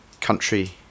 country